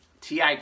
TI